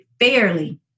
fairly